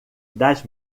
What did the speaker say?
das